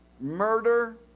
murder